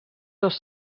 dos